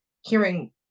hearing